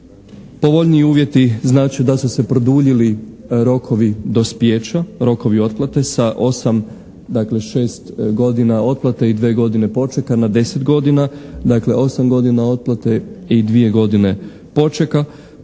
Povoljniji uvjeti znače da su se produljili rokovi dospijeća, rokovi otplate sa 8, dakle 6 godina otplate i 2 godine počeka, na 10 godina. Dakle, 8 godina otplate i 2 godine počeka.